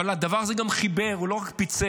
הדבר הזה גם חיבר, הוא לא רק פיצל.